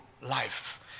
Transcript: life